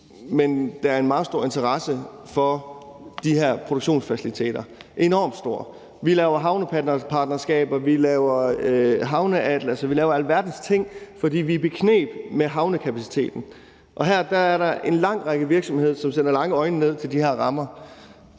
men der er en meget stor interesse for de her produktionsfaciliteter. Den er enormt stor. Vi laver havnepartnerskaber, vi laver et havneatlas, og vi laver alverdens ting, fordi vi er i bekneb med havnekapaciteten, og her er der en lang række virksomheder, som sender lange blikke ned til de her rammer.